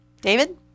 David